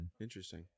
Interesting